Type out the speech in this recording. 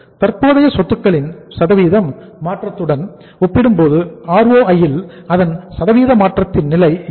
தற்போதைய சொத்துக்களின் சதவீதம் மாற்றத்துடன் ஒப்பிடும்போது ROI ல் அதன் சதவீத மாற்றத்தின் நிலை என்ன